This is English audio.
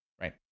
right